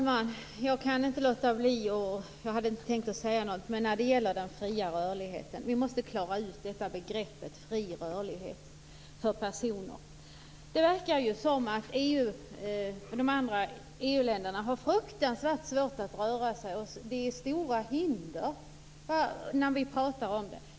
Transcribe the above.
Herr talman! Jag hade inte tänkt säga något men jag kan inte låta bli att ta upp den fria rörligheten. Vi måste klara ut begreppet fri rörlighet för personer. Det verkar som om man i de andra EU-länderna har fruktansvärt svårt att röra sig. Det är stora hinder när vi pratar om det.